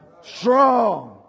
strong